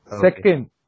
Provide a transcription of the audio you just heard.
second